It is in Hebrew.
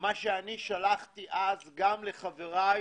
מה ששלחתי אז לחבריי